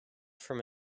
from